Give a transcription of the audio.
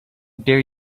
dare